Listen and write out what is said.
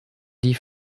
die